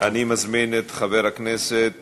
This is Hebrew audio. אני מזמין את חברת הכנסת